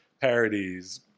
Parodies